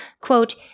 quote